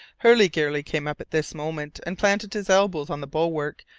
hurliguerly came up at this moment and planted his elbows on the bulwark,